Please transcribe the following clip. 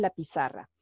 lapizarra